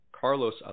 Carlos